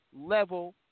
level